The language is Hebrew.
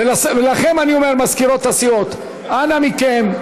ולכן אני אומר, מזכירות הסיעות: אנא מכן,